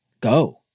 Go